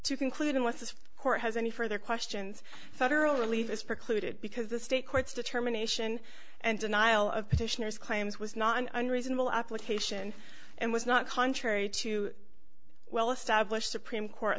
to conclude unless this court has any further questions federal relieve its precluded because the state courts determination and denial of petitioners claims was not an unreasonable application and was not contrary to well established supreme court